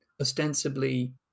ostensibly